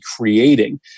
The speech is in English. creating